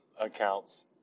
accounts